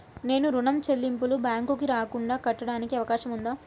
నేను ఋణం చెల్లింపులు బ్యాంకుకి రాకుండా కట్టడానికి అవకాశం ఉందా?